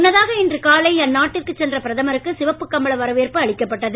முன்னதாக இன்று காலை அந்நாட்டுக்கு சென்ற பிரதமருக்கு சிவப்பு கம்பள வரவேற்பு அளிக்கப்பட்டது